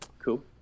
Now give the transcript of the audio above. cool